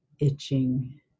itching